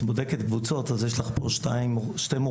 בודקת קבוצות אז יש לך פה שני מורחקים,